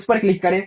उस पर क्लिक करें